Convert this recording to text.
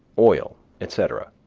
oil, etc,